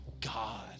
God